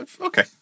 okay